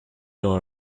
our